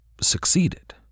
succeeded